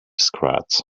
scratch